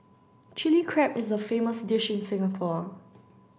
Chilli Crab is a famous dish in Singapore